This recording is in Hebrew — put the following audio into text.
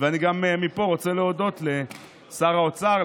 ואני גם רוצה להודות לשר האוצר,